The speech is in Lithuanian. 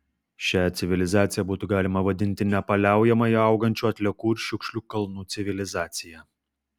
šią civilizaciją būtų galima vadinti nepaliaujamai augančių atliekų ir šiukšlių kalnų civilizacija